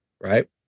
right